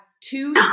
two